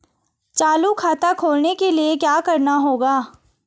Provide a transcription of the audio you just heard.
चालू खाता खोलने के लिए क्या करना होगा?